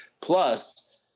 Plus